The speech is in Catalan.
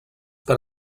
per